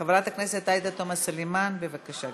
חברת הכנסת עאידה תומא סלימאן, בבקשה,